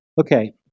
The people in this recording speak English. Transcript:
Okay